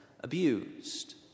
abused